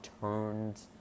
turns